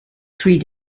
three